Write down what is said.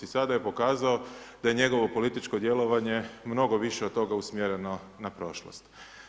Sada je pokazao da je njegovo političko djelovanje mnogo više od toga usmjereno na prošlost.